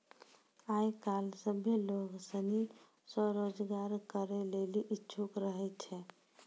आय काइल सभ्भे लोग सनी स्वरोजगार करै लेली इच्छुक रहै छै